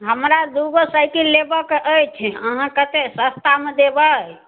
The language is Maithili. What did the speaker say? हमरा दुगो साइकिल लेबऽ के अछि अहाँ कते सस्ता मे देबै